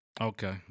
Okay